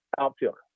outfielder